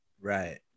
Right